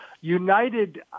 United